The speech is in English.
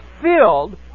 filled